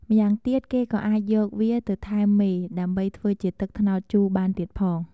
ម្យ៉ាងទៀតគេក៏អាចយកវាទៅថែមមេ ដើម្បីធ្វើជាទឹកត្នោតជូរបានទៀតផង។